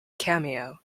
cameo